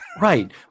Right